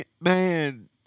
man